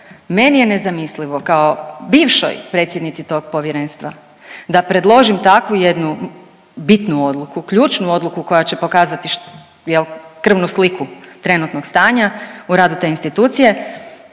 meni je nezamislivo kao bivšoj predsjednici tog Povjerenstva da predložim takvu jednu bitnu odluku, ključnu odluku koja će pokazati jel krvnu sliku trenutnog stanja u radu te institucije